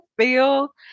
feel